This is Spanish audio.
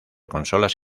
consolas